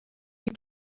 you